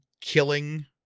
killing